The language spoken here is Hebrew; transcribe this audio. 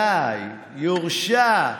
די, יורשע.